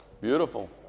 Beautiful